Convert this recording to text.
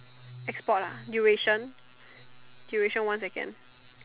export ah duration duration one second